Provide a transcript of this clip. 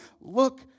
look